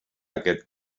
aquest